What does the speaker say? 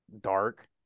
dark